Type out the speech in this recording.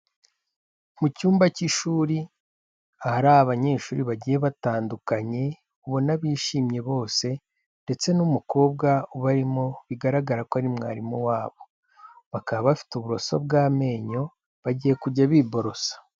Mu cyumba cy'ishuri, ahari abanyeshuri bagiye batandukanye, ubona bishimye bose ndetse n'umukobwa ubarimo bigaragara ko ari mwarimu wabo, bakaba bafite uburoso bw'amenyo bagiye kujya biborosa.